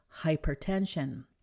hypertension